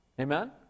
Amen